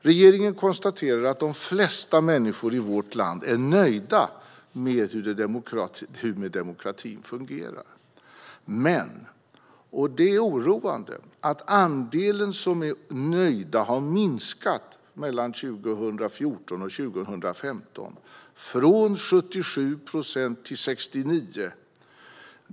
Regeringen konstaterar att de flesta människor i vårt land är nöjda med hur demokratin fungerar men, och det är oroande, att andelen som är nöjda har minskat mellan 2014 och 2015 från 77 procent till 69 procent.